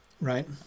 right